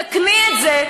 תקני את זה,